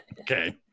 okay